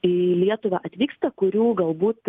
į lietuvą atvyksta kurių galbūt